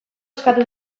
eskatu